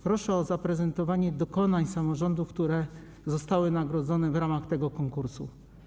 Proszę o zaprezentowanie dokonań samorządów, które zostały nagrodzone w ramach tego konkursu.